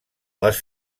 les